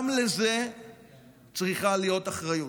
גם לזה צריכה להיות אחריות,